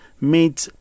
made